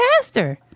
pastor